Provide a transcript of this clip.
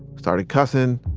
started cussin',